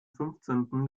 fünfzehnten